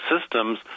systems